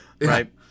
right